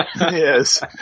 Yes